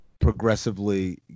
progressively